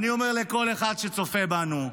אני אומר לכל אחד שצופה בנו: